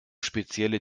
spezielle